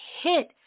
hit